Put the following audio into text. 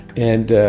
and,